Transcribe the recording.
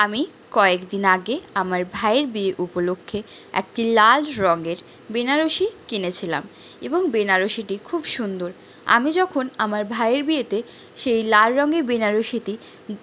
আমি কয়েকদিন আগে আমার ভাইয়ের বিয়ে উপলক্ষ্যে একটি লাল রঙের বেনারসি কিনেছিলাম এবং বেনারসিটি খুব সুন্দর আমি যখন আমার ভাইয়ের বিয়েতে সেই লাল রঙের বেনারসিটি